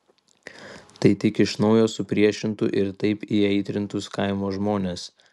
tai tik iš naujo supriešintų ir taip įaitrintus kaimo žmones